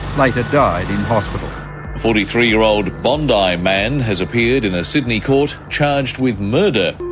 like died in hospital. a forty three year old bondi man has appeared in a sydney court charged with murder.